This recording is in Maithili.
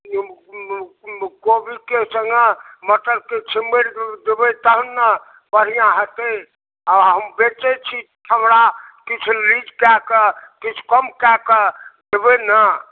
कोबीके सङ्ग मटरके छिम्मरि दऽ देबै तहन ने बढ़िआँ होयतै आ हम बेचैत छी हमरा किछु नहि कए कऽ किछु कम कए कऽ एबै ने